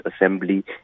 assembly